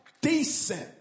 decent